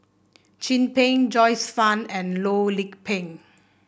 Chin Peng Joyce Fan and Loh Lik Peng